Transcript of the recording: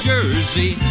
Jersey